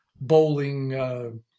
bowling